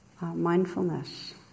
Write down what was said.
mindfulness